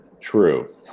True